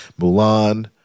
Mulan